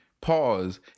pause